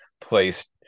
place